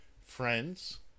friends